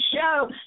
show